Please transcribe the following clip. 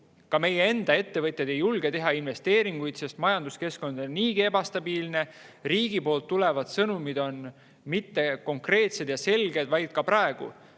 Ka meie enda ettevõtjad ei julge teha investeeringuid, sest majanduskeskkond on niigi ebastabiilne ja riigilt tulevad sõnumid pole konkreetsed ega selged. Ka praegu